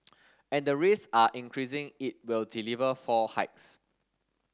and the risks are increasing it will deliver four hikes